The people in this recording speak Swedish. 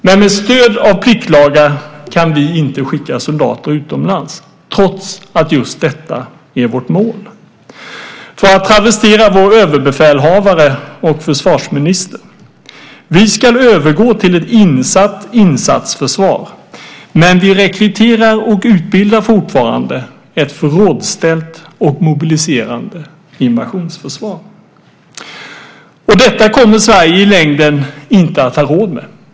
Men med stöd av pliktlagar kan vi inte skicka soldater utomlands, trots att just detta är vårt mål. För att travestera vår överbefälhavare och försvarsministern: Vi ska övergå till ett insatt insatsförsvar, men vi rekryterar och utbildar fortfarande ett förrådsställt och mobiliserande invasionsförsvar. Detta kommer Sverige i längden inte att ha råd med.